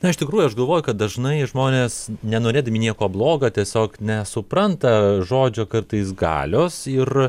na iš tikrųjų aš galvoju kad dažnai žmonės nenorėdami nieko bloga tiesiog nesupranta žodžio kartais galios ir